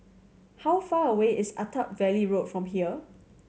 how far away is Attap Valley Road from here